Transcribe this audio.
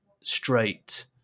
straight